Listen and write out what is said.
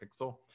pixel